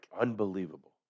Unbelievable